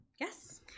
Yes